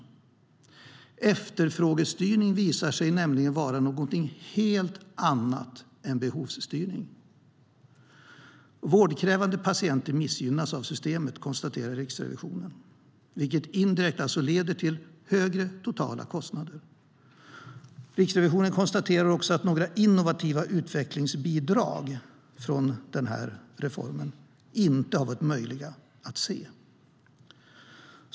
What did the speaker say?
Efterfrågestyrning visar sig nämligen vara något helt annat än behovsstyrning. Riksrevisionen konstaterar att vårdkrävande patienter missgynnas av systemet, vilket indirekt leder till högre totala kostnader. De konstaterar också att innovativa utvecklingsbidrag från reformen inte har varit möjliga att se.